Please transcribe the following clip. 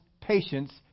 patience